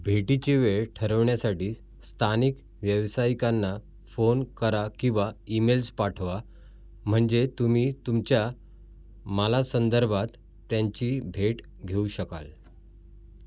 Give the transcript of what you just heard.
भेटीची वेळ ठरवण्यासाठी स्थानिक व्यवसायिकांना फोन करा किंवा ईमेल्स पाठवा म्हणजे तुम्ही तुमच्या मालासंदर्भात त्यांची भेट घेऊ शकाल